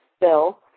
Bill